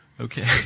Okay